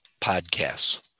podcasts